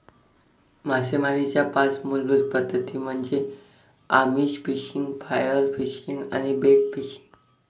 मासेमारीच्या पाच मूलभूत पद्धती म्हणजे आमिष फिशिंग, फ्लाय फिशिंग आणि बेट फिशिंग